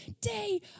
day